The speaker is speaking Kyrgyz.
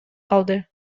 калды